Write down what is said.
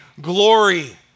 glory